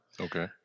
Okay